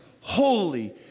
holy